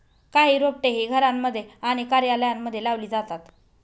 काही रोपटे ही घरांमध्ये आणि कार्यालयांमध्ये लावली जातात